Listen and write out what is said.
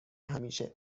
همیشه